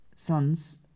sons